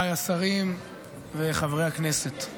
השרים וחברי הכנסת,